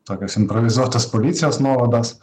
tokios improvizuotos policijos nuovados